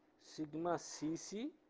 sigma cc,